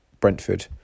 Brentford